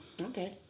Okay